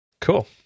cool